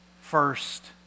first